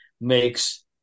makes